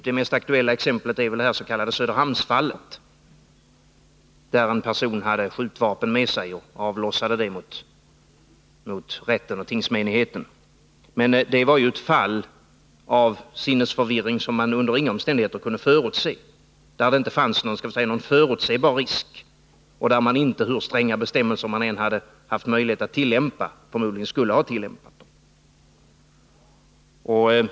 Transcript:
Det mest aktuella exemplet är väl det s.k. Söderhamnsfallet, där en person hade skjutvapen med sig och avlossade det mot rätten och tingsmenigheten. Men det var ett fall av sinnesförvirring, som under inga omständigheter kunde förutses — där det inte fanns så att säga någon förutsebar risk och där man, hur stränga bestämmelser man än hade haft möjlighet att tillämpa, förmodligen inte skulle ha tillämpat dem.